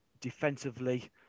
defensively